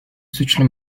suçla